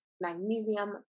magnesium